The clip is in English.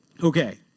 Okay